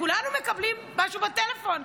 כולנו מקבלים משהו בטלפון,